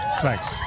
Thanks